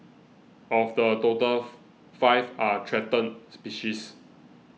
of the total five are threatened species